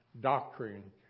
doctrine